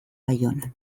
baionan